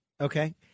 okay